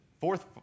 fourth